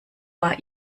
war